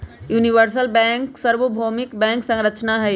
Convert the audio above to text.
universal bank सर्वभौमिक bank संरचना हई